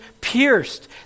pierced